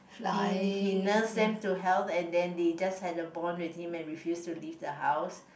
he he nurse them to health and then they just have a bond with him and refuse to leave the house